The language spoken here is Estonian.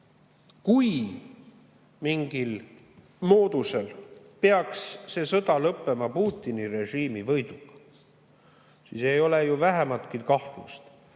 kui mingil moodusel peaks see sõda lõppema Putini režiimi võiduga, siis ei ole ju vähimatki kahtlust,